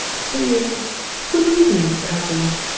saying good evening, cousin.